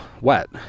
wet